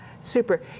super